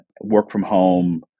work-from-home